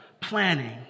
planning